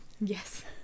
Yes